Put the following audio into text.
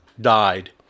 died